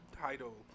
title